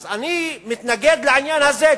אז אני מתנגד לעניין הזה,